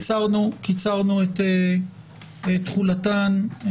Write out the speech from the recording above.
קיצרנו את תחולתן.